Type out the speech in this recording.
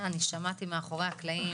אני שמעתי מאחורי הקלעים,